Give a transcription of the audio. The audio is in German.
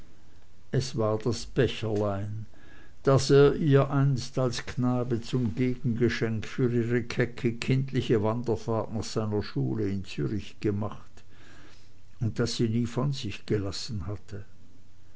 es war das becherlein das ihr einst der knabe zum gegengeschenk für ihre kecke kindliche wanderfahrt nach seiner schule in zürich gemacht und das sie nie von sich gelassen hatte